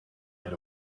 get